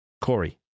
Corey